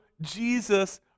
Jesus